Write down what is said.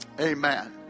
Amen